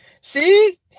See